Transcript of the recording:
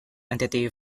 entity